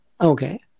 Okay